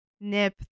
Nip